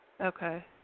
Okay